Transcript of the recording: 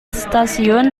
stasiun